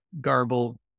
garble